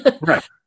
right